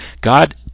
god